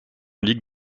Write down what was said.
ligue